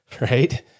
right